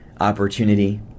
opportunity